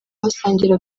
basangira